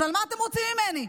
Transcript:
אז מה אתם רוצים ממני?